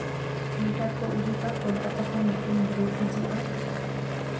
theatre ᱠᱚ ᱩᱫᱩᱜᱟ ᱠᱳᱞᱠᱟᱛᱟ ᱠᱷᱚᱱ ᱢᱤᱫᱴᱮᱱ ᱜᱨᱩᱯ ᱦᱤᱡᱩᱜᱼᱟ